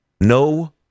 no